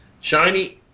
Shiny